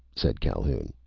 said calhoun.